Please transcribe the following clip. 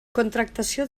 contractació